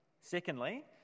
Secondly